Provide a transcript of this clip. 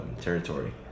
territory